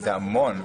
זה המון.